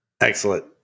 Excellent